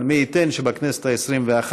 אבל מי ייתן שבכנסת העשרים-ואחת